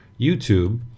YouTube